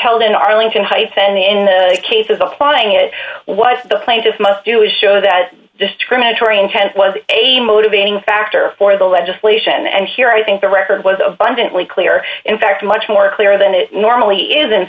held in arlington heights and in cases applying it was the plaintiffs must do is show that discriminatory intent was a motivating factor for the legislation and here i think the record was abundantly clear in fact much more clear than it normally is in